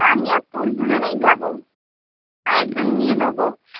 আমি আর তুই দুজনেই যাব আরেকজন নিয়ে নোবো